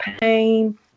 pain